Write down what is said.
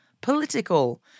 political